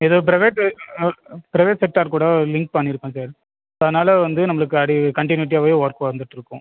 இது private private sector கூட link பண்ணியிருக்கோம் சார் ஸோ அதனால வந்து நம்மளுக்கு அது கண்ட்டினுட்டியாவே ஒர்க் வந்துகிட்ருக்கும்